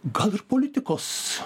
gal ir politikos